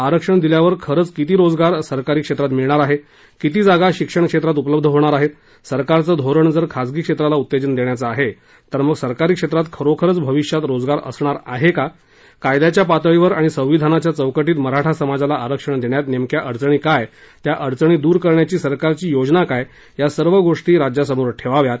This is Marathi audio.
आरक्षण दिल्यावर खरंच किती रोजगार सरकारी क्षेत्रात मिळणार आहे किती जागा शिक्षण क्षेत्रात उपलब्ध होणार आहेत सरकारचं धोरण जर खाजगी क्षेत्राला उत्तेजन देण्याचं आहे तर मग सरकारी क्षेत्रात खरोखरंच भविष्यात रोजगार असणार आहे का कायद्याच्या पातळीवर आणि संविधानाच्या चौकटीत मराठा समाजाला आरक्षण देण्यात नेमक्या अडचणी काय त्या अडचणी दूर करण्याची सरकारची योजना काय ह्या सर्व गोष्टी महाराष्ट्रासमोर ठेवाव्यात